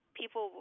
people